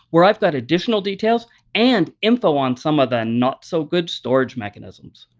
where i've got additional details and info on some of the not-so-good storage mechanisms.